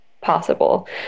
possible